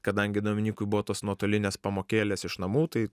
kadangi dominykui buvo tos nuotolinės pamokėlės iš namų tai